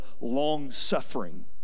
long-suffering